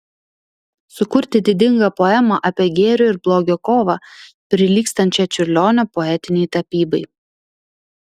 sukurti didingą poemą apie gėrio ir blogio kovą prilygstančią čiurlionio poetinei tapybai